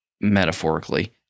metaphorically